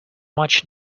much